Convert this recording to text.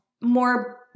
more